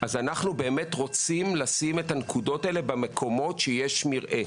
אז אנחנו באמת רוצים לשים את הנקודות האלה במקומות שיש בהם מרעה.